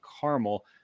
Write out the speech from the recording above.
caramel